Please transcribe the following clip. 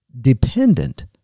dependent